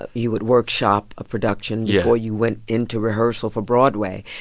but he would workshop a production before you went into rehearsal for broadway.